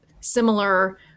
similar